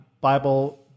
Bible